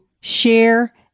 share